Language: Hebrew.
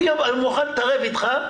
אני מוכן להתערב איתך,